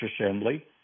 assembly